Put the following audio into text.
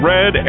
Red